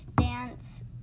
dance